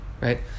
right